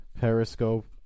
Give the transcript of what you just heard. Periscope